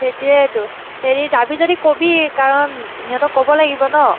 সেইটোয়েটো হেৰি যাবি যদি ক'বি কাৰণ সিহঁতক ক'ব লাগিব ন